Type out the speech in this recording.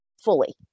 fully